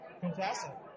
Fantastic